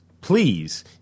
Please